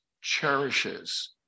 cherishes